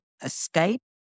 escape